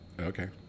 Okay